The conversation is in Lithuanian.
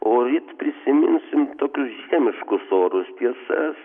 o ryt prisiminsim tokius žiemiškus orus tiesa